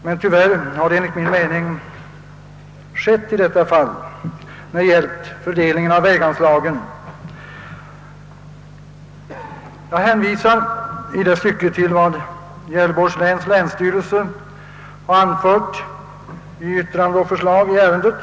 Men tyvärr har detta enligt min mening blivit förhållandet när det gällt fördelningen av väganslagen såvitt avser Gävleborgs län. Jag hänvisar i detta syfte till vad länsstyrelsen anfört i yttrande och förslag i ärendet.